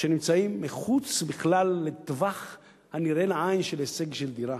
ונמצאים מחוץ בכלל לטווח הנראה לעין של הישג של דירה.